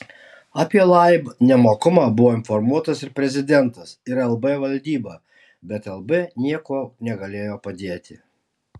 apie laib nemokumą buvo informuotas ir prezidentas ir lb valdyba bet lb niekuo negalėjo padėti